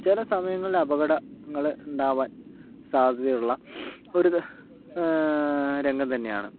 ചില സമയങ്ങളിൽ അപകടങ്ങൾ ഉണ്ടാവാൻ സാധ്യതയുള്ള ഒരു രംഗം തന്നെയാണ്